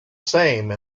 same